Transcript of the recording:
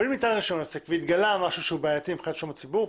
אבל אם ניתן רישיון עסק והתגלה משהו שהוא בעייתי מבחינת שלום הציבור,